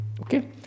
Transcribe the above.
Okay